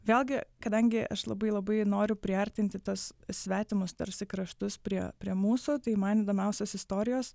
vėlgi kadangi aš labai labai noriu priartinti tas svetimus tarsi kraštus prie prie mūsų tai man įdomiausios istorijos